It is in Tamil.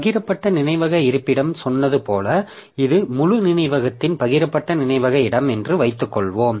பகிரப்பட்ட நினைவக இருப்பிடம் சொன்னது போல இது முழு நினைவகத்தின் பகிரப்பட்ட நினைவக இடம் என்று வைத்துக்கொள்வோம்